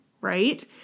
right